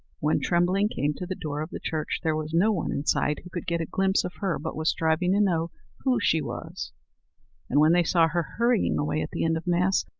when trembling came to the door of the church there was no one inside who could get a glimpse of her but was striving to know who she was and when they saw her hurrying away at the end of mass,